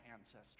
ancestors